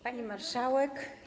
Pani Marszałek!